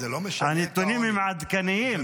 הנתונים הם עדכניים.